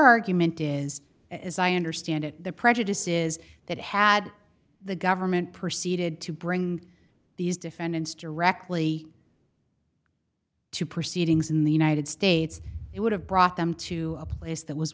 argument is as i understand it the prejudices that had the government proceeded to bring these defendants directly to proceedings in the united states it would have brought them to a place that was